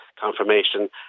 confirmation